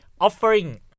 offering